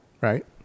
Right